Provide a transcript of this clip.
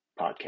podcast